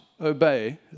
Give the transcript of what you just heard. obey